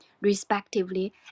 respectively